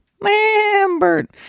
Lambert